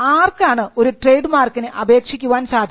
ആർക്കാണ് ഒരു ട്രേഡ് മാർക്കിന് അപേക്ഷിക്കാൻ സാധിക്കുക